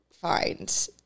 find